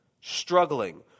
struggling